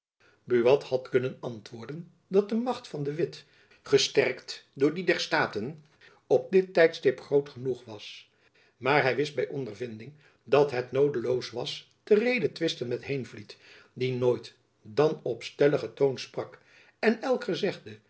buat had kunnen antwoorden dat de macht van de witt gesterkt door die der staten op dit tijdstip groot genoeg was maar hy wist by ondervinding dat het noodeloos was te redetwisten met heenvliet die nooit dan op stelligen toon sprak en elk gezegde